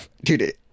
Dude